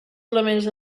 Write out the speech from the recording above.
elements